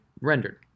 rendered